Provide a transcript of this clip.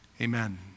Amen